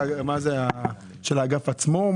של האגף עצמו?